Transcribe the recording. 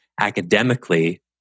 academically